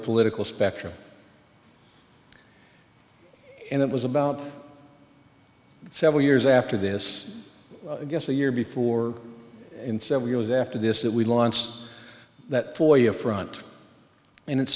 political spectrum and it was about seven years after this i guess a year before in seven years after this that we launched that for you a front and it